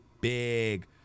big